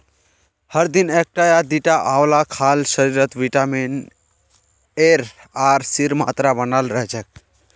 हर दिन एकटा या दिता आंवला खाल शरीरत विटामिन एर आर सीर मात्रा बनाल रह छेक